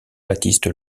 baptiste